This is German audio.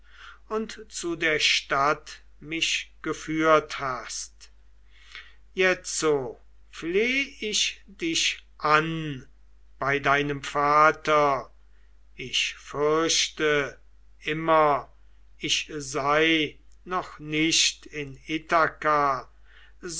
und zu der stadt mich geführt hast jetzo fleh ich dich an bei deinem vater ich fürchte immer ich sei noch nicht in